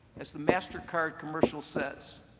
as the mastercard commercial says,